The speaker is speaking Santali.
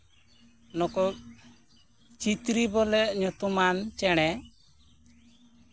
ᱱᱩᱠᱩ ᱪᱤᱛᱨᱤ ᱵᱚᱞᱮ ᱧᱩᱛᱩᱢᱟᱱ ᱪᱮᱬᱮ